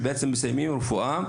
סטודנטים שמסיימים רפואה: